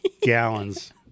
gallons